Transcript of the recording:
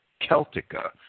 Celtica